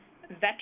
veterans